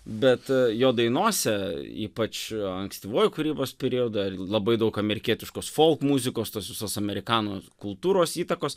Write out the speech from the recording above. bet jo dainose ypač ankstyvuoju kūrybos periodu labai daug amerikietiškos folk muzikos tos visos amerikano kultūros įtakos